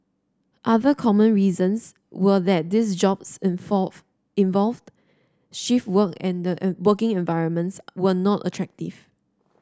other common reasons were that these jobs involved shift work and the a working environments were not attractive